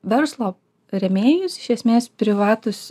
verslo rėmėjus iš esmės privatūs